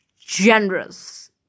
generous